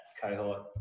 cohort